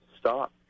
stop